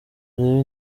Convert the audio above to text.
urebe